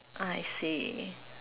I see